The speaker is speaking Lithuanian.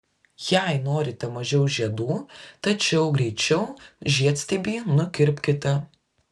jei norite mažiau žiedų tačiau greičiau žiedstiebį nukirpkite